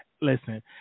listen